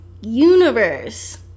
universe